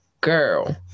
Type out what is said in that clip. girl